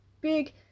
big